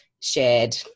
shared